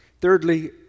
Thirdly